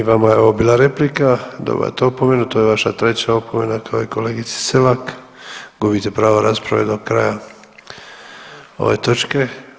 I vama je ovo bila replika dobivate opomenu, to je vaša treća opomena kao i kolegici Selak gubite pravo rasprave do kraja ove točke.